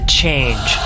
change